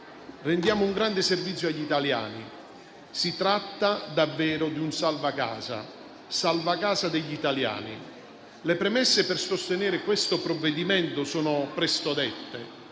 rendiamo un grande servizio agli italiani. Si tratta davvero di un provvedimento salva casa degli italiani. Le premesse per sostenere questo provvedimento sono presto dette.